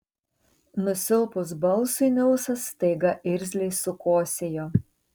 nusilpus balsui nilsas staiga irzliai sukosėjo